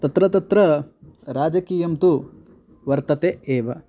तत्र तत्र राजकीयं तु वर्तते एव